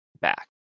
back